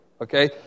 Okay